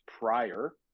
prior